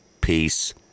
peace